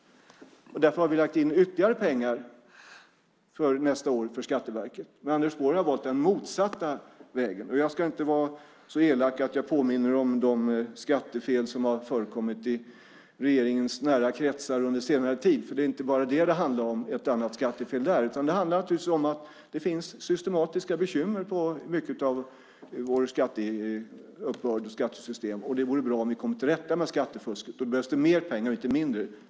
Därför har vi lagt in ytterligare pengar nästa år till Skatteverket. Anders Borg har valt den motsatta vägen. Jag ska inte vara så elak att jag påminner om de skattefel som har förekommit i regeringens nära kretsar under senare tid. Det är inte bara ett och annat skattefel där som det handlar om. Det handlar naturligtvis om att det finns systematiska bekymmer inom mycket av vår skatteuppbörd och vårt skattesystem. Det vore bra om vi kom till rätta med skattefusket. Då behövs det mer pengar, inte mindre.